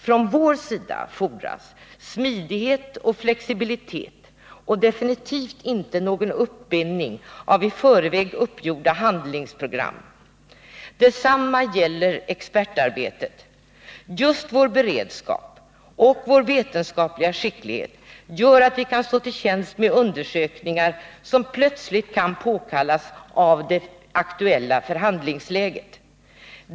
Från vår sida fordras smidighet och flexibilitet och definitivt inte någon uppbindning till i förväg uppgjorda handlingsprogram. Detsamma gäller expertarbetet. Just vår beredskap och vår vetenskapliga skicklighet gör att vi kan stå till tjänst med undersökningar som plötsligt kan påkallas av det aktuella förhandlingsläget.